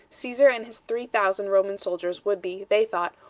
caesar and his three thousand roman soldiers would be, they thought,